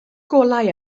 golau